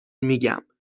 میگم